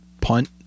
punt